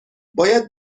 باید